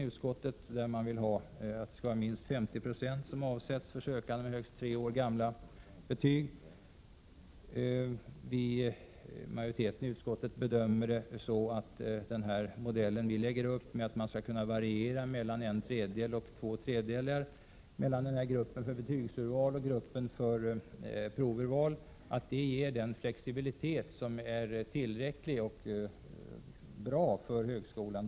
De anser nämligen att reglerna bör ändras, så att minst 50 96 av sökande med högst tre år gamla betyg får en plats. När det gäller att avsätta platser för sökande gör majoriteten i utskottet bedömningen att man med den föreslagna modellen kan variera mellan en tredjedel och två tredjedelar mellan dels gruppen för betygsurval, dels gruppen för provurval. Det ger en flexibilitet som är tillräckligt stor, vilket är bra för högskolan.